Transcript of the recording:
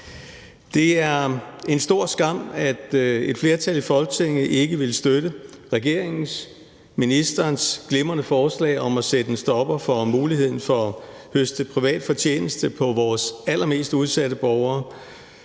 Det er en stor skam, at et flertal i Folketinget ikke ville støtte regeringens, ministerens, glimrende forslag om at sætte en stopper for muligheden for at høste privat fortjeneste på vores allermest udsatte borgere.